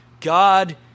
God